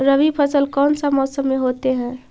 रवि फसल कौन सा मौसम में होते हैं?